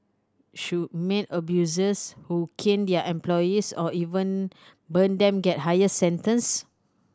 should maid abusers who cane their employees or even burn them get higher sentence